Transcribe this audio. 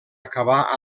acabar